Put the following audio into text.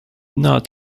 not